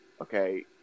okay